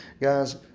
Guys